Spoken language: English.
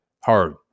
hard